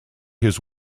his